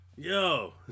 Yo